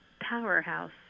powerhouse